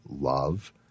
love